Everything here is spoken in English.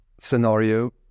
scenario